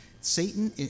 Satan